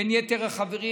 בין יתר החברים,